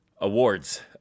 Awards